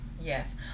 Yes